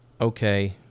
Okay